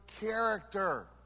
character